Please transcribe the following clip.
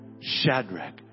Shadrach